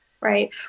Right